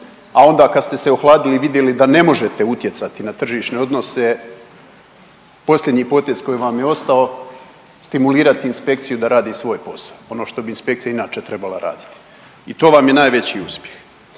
a onda kad ste se ohladili i vidjeli da ne možete utjecati na tržišne odnose posljednji potez koji vam je ostao stimulirati inspekciju da radi svoj posao, ono što bi inspekcija i inače trebala raditi. I to vam je najveći uspjeh.